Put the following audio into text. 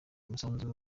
umusanzu